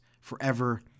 forever